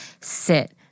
sit